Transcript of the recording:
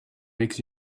makes